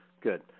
good